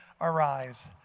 Arise